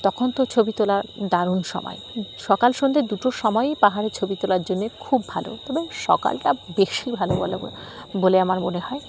তখন তো ছবি তোলার দারুণ সময় সকাল সন্ধ্যে দুটো সময়ই পাহাড়ে ছবি তোলার জন্যে খুব ভালো তবে সকালটা বেশি ভালো বল বলে আমার মনে হয়